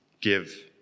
give